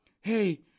Hey